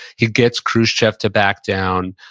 he gets khrushchev to back down.